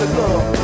love